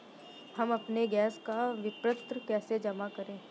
हम अपने गैस का विपत्र कैसे जमा करें?